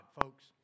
folks